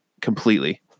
completely